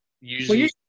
usually –